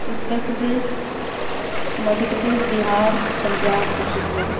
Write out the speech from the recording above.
Uttar Pradesh Madhya Pradesh Bihar Punjab Chhattisgarh